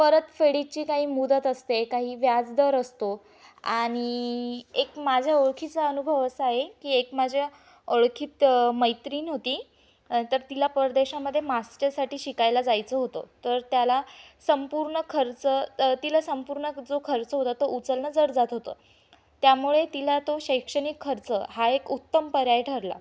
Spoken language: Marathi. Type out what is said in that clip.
परतफेडीची काही मुदत असते काही व्याजदर असतो आणि एक माझ्या ओळखीचा अनुभव असा आहे की एक माझ्या ओळखीत मैत्रीण होती तर तिला परदेशामध्ये मास्टरसाठी शिकायला जायचं होतं तर त्याला संपूर्ण खर्च तिला संपूर्ण जो खर्च होता तो उचलणं जड जात होतं त्यामुळे तिला तो शैक्षणिक खर्च हा एक उत्तम पर्याय ठरला